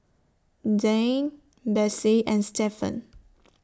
Dayne Bessie and Stefan